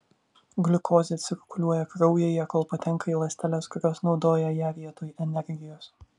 gliukozė cirkuliuoja kraujyje kol patenka į ląsteles kurios naudoja ją vietoj energijos